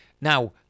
Now